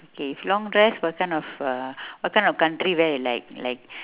okay if long dress what kind of uh what kind of country wear you like like